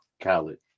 Khaled